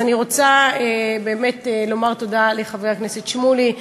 אז אני רוצה לומר תודה לחבר הכנסת שמולי,